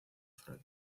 freud